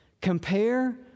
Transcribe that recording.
Compare